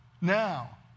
Now